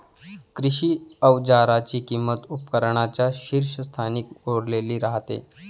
कृषी अवजारांची किंमत उपकरणांच्या शीर्षस्थानी कोरलेली राहते